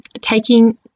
taking